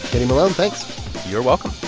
kenny malone, thanks you're welcome